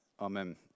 Amen